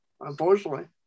Unfortunately